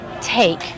take